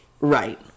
Right